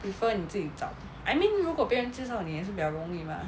prefer 你自己找 I mean 如果别人介绍你也是比较容易 mah